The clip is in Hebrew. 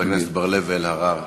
חברי הכנסת בר-לב ואלהרר,